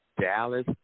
Dallas